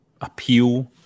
appeal